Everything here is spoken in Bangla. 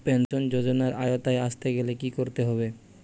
পেনশন যজোনার আওতায় আসতে গেলে কি করতে হবে?